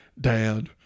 dad